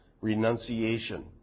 renunciation